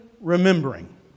remembering